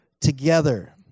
together